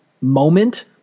moment